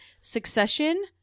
Succession